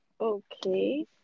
okay